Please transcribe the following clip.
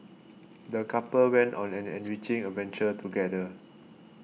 the couple went on an enriching adventure together